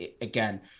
Again